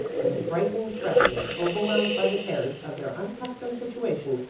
when the frightened freshmen, overwhelmed by the terrors of their unaccustomed situation,